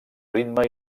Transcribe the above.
ritme